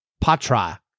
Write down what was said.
Patra